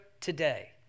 today